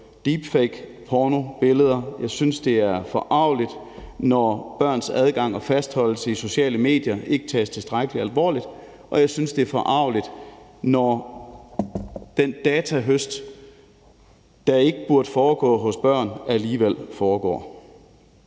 deep fake-pornobilleder, jeg synes, det er forargeligt, når børns adgang og fastholdelse i sociale medier ikke tages tilstrækkelig alvorligt, og jeg synes, det er forargeligt, når den datahøst, der ikke burde foregå hos børn, alligevel foregår.